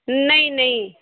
ਨਹੀਂ ਨਹੀਂ